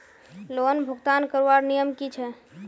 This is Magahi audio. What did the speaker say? लोन भुगतान करवार नियम की छे?